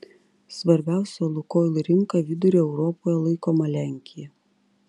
svarbiausia lukoil rinka vidurio europoje laikoma lenkija